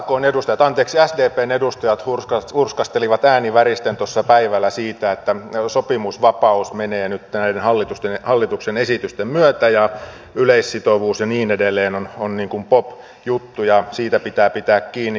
sakn edustajat anteeksi sdpn edustajat hurskastelivat ääni väristen tuossa päivällä sitä että sopimusvapaus menee nyt näiden hallituksen esitysten myötä ja yleissitovuus ja niin edelleen on niin kuin pop juttu ja siitä pitää pitää kiinni